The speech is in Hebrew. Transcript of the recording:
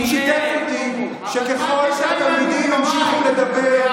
הוא שיתף אותי בכך שככל שהתלמידים המשיכו לדבר,